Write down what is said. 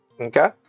okay